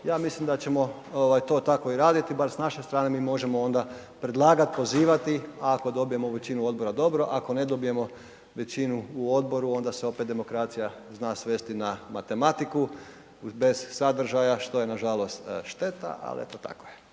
ja mislim da ćemo ovaj to tako i raditi, bar s naše strane, mi možemo onda predlagat, pozivati, a ako dobijemo većinu odbora dobro, ako ne dobijemo većinu u odboru onda se opet demokracija zna svesti na matematiku bez sadržaja što je nažalost šteta, ali eto, tako je.